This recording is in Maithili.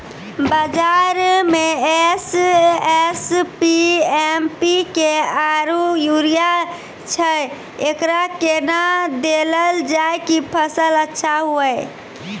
बाजार मे एस.एस.पी, एम.पी.के आरु यूरिया छैय, एकरा कैना देलल जाय कि फसल अच्छा हुये?